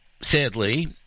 sadly